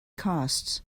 costs